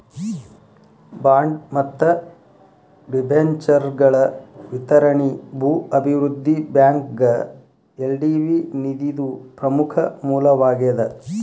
bond ಮತ್ತ ಡಿಬೆಂಚರ್ಗಳ ವಿತರಣಿ ಭೂ ಅಭಿವೃದ್ಧಿ ಬ್ಯಾಂಕ್ಗ ಎಲ್.ಡಿ.ಬಿ ನಿಧಿದು ಪ್ರಮುಖ ಮೂಲವಾಗೇದ